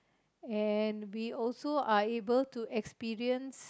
and we also are able to experience